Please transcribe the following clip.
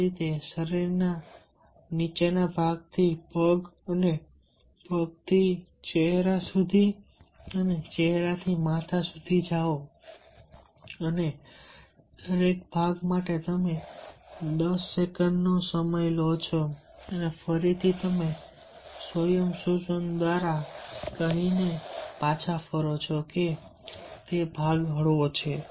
તેવી જ રીતે તમે શરીરના નીચેના ભાગથી પગ અને પગથી ચહેરા અને માથા સુધી જાઓ છો અને દરેક ભાગ માટે તમે 10 સેકન્ડનો સમય લો છો અને ફરીથી તમે સ્વયમ સૂચન દ્વારા કહીને પાછા ફરો છો કે તે ભાગ હળવો છે